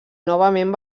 novament